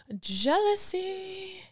jealousy